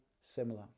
similar